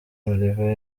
mariva